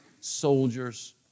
soldiers